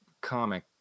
comic